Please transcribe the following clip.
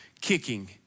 kicking